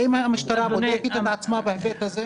האם המשטרה בודקת את עצמה בהיבט הזה?